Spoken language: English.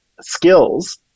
skills